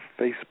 Facebook